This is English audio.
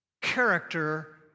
character